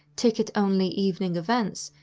ticket-only evening events,